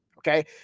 Okay